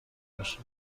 باشد